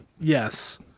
yes